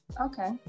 okay